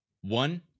One